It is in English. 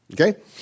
okay